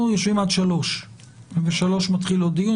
אנחנו יושבים עד 15:00. ב-15:00 מתחיל עוד דיון.